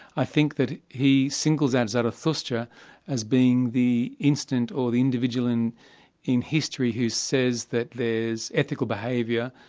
i think that he singles out zarathustra as being the instant, or the individual in in history who says that there's ethical behaviour,